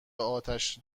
آتش